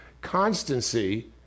constancy